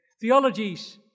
theologies